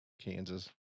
Kansas